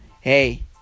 Hey